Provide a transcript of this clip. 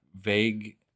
vague